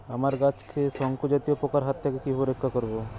আমার গাছকে শঙ্কু জাতীয় পোকার হাত থেকে কিভাবে রক্ষা করব?